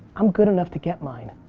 i'm good enough to get mine.